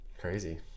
Crazy